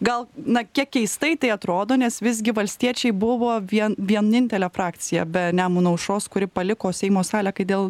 gal na kiek keistai tai atrodo nes visgi valstiečiai buvo vie vienintelė frakcija be nemuno aušros kuri paliko seimo salę kai dėl